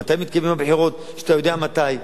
מתי מתקיימות הבחירות כשאתה יודע מתי,